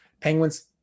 Penguins